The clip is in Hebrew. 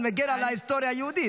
אני מגן על ההיסטוריה היהודית,